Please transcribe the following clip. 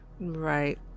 Right